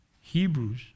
Hebrews